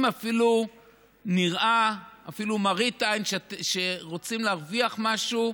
אם נראה אפילו מראית עין שרוצים להרוויח משהו,